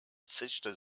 zischte